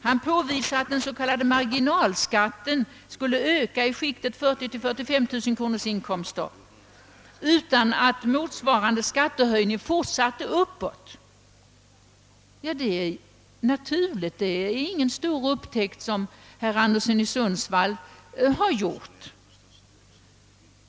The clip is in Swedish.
Han påvisade att den s.k. marginalskatten skulle öka i skiktet 40 000 till 45 000 kronor utan motsvarande skattehöjning i de högre inkomstklasserna. Detta är naturligt, herr Anderson i Sundsvall har inte gjort någon stor upptäckt.